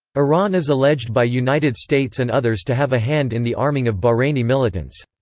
iran is alleged by united states and others to have a hand in the arming of bahraini militants.